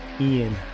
Ian